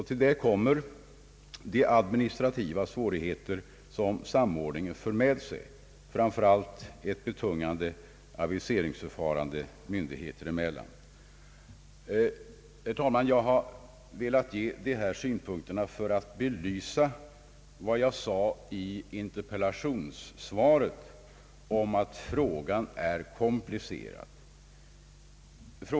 Till detta kommer de administrativa svårigheter som samordningen för med sig, framför allt ett betungande aviseringsförfarande myndigheter emellan. Herr talman! Jag har velat ge dessa synpunkter för att ytterligare belysa vad jag sade i interpellationssvaret om att frågan är komplicerad.